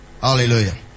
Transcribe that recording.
Hallelujah